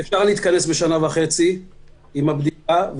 אפשר להתכנס בשנה וחצי עם הבדיקה,